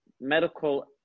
medical